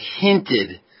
hinted